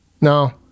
no